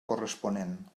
corresponent